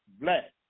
black